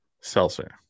seltzer